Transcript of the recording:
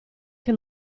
che